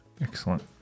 Excellent